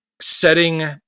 Setting